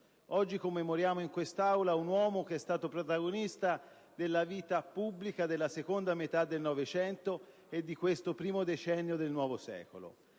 Oggi commemoriamo in quest'Aula un uomo che è stato protagonista della vita pubblica della seconda metà del Novecento e di questo primo decennio del nuovo secolo.